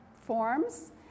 forms